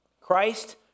Christ